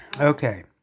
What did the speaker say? Okay